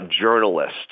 journalists